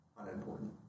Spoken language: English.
unimportant